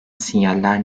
sinyaller